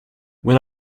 when